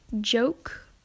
joke